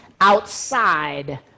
outside